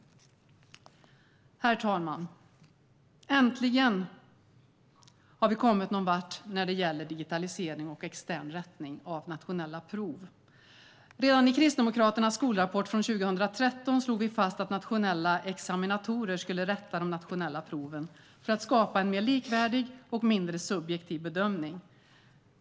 Herr talman! Äntligen har vi kommit någonvart när det gäller digitalisering och extern rättning av nationella prov. Redan i Kristdemokraternas skolrapport från 2013 slog vi fast att nationella examinatorer skulle rätta de nationella proven för att skapa en mer likvärdig och mindre subjektiv bedömning.